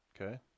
Okay